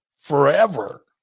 forever